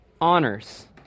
honors